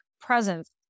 presence